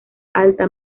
alta